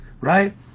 right